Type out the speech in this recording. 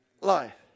life